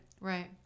right